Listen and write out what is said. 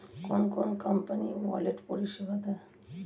কোন কোন company wallet পরিষেবা দেয়?